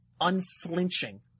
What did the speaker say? unflinching